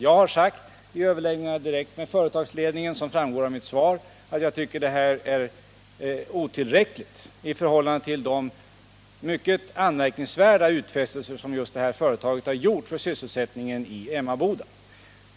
Vid överläggningar direkt med företagsledningen har jag, som framgår av mitt svar, förklarat att jag tycker att detta är otillräckligt i förhållande till de mycket anmärkningsvärda utfästelser som just detta företag har gjort för sysselsättningen i Emmaboda.